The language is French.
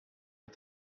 est